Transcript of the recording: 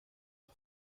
off